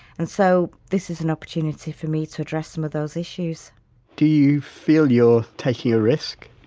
and so, this is an opportunity for me to address some of those issues do you feel you're taking a risk?